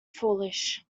foolish